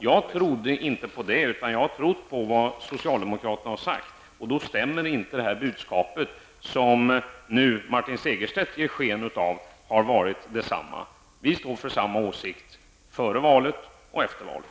Jag trodde inte det, utan jag har trott på vad socialdemokraterna har sagt, och det stämmer inte med vad Martin Segerstedt nu ger sken av, att budskapet har varit detsamma. Vi står för samma åsikt före valet och efter valet.